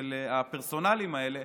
הפרסונליים האלה,